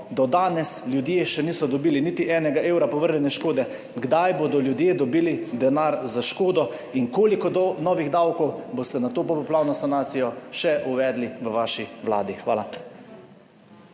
Do danes ljudje še niso dobili niti enega evra povrnjene škode. Kdaj bodo ljudje dobili denar za škodo? Koliko novih davkov boste za to popoplavno sanacijo še uvedli v vaši vladi? Hvala.